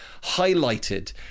highlighted